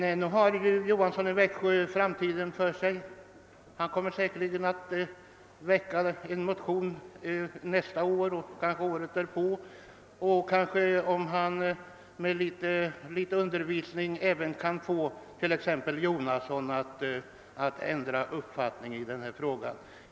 Men herr Johansson i Växjö har ju framtiden för sig och kommer säkerligen tillbaka med sin motion nästa år, kanske också året därpå. Med litet undervisning kan man måhända då även få exempelvis herr Jonasson att ändra uppfattning i frågan.